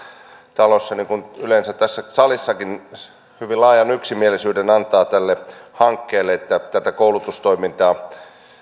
talossa niin kuin yleensä tässä salissakin antavat hyvin laajan yksimielisyyden tälle hankkeelle että tätä koulutustoimintaa